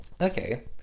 okay